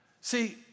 See